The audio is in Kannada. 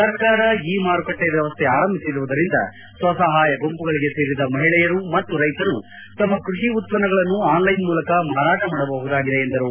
ಸರ್ಕಾರ ಇ ಮಾರುಕಟ್ಟ ವ್ಯವಸ್ಥೆ ಆರಂಭಿಸಿರುವುದರಿಂದ ಸ್ವ ಸಹಾಯ ಗುಂಪುಗಳಿಗೆ ಸೇರಿದ ಮಹಿಳೆಯರು ಮತ್ತು ರೈತರು ತಮ್ಮ ಕೃಷಿ ಉತ್ಪನ್ನಗಳನ್ನು ಆನ್ಲೈನ್ ಮೂಲಕ ಮಾರಾಟ ಮಾಡಬಹುದಾಗಿದೆ ಎಂದರು